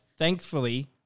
Thankfully